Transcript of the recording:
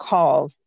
calls